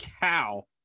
cow